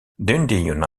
dundee